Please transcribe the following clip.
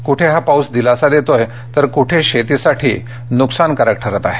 कूठे हा पाऊस दिलासा देतोय तर कूठे शेतीसाठी नुकसानकारक ठरत आहे